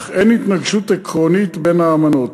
אך אין התנגשות עקרונית בין האמנות,